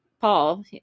Paul